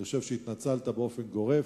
אני חושב שהתנצלת באופן גורף,